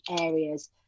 areas